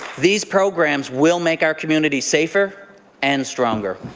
these programs will make our communities safer and stronger.